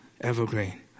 Evergreen